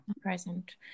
Present